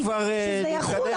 את רוצה לנמק?